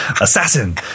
Assassin